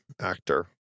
actor